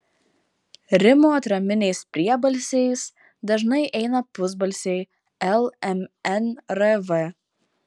rimo atraminiais priebalsiais dažnai eina pusbalsiai l m n r v